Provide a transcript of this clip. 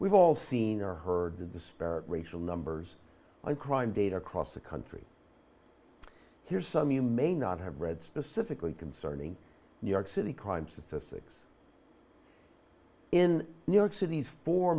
we've all seen or heard the disparate racial numbers on crime data across the country here's some you may not have read specifically concerning new york city crime statistics in new york city's four